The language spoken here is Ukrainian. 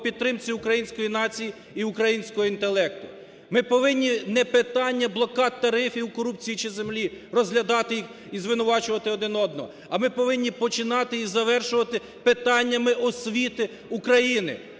підтримці української нації і українського інтелекту. Ми повинні не питання блокад, тарифів, корупції чи землі розглядати і звинувачувати один одного. А ми повинні починати і завершувати питаннями освіти України.